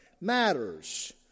matters